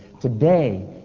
Today